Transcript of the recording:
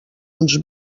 uns